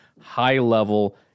high-level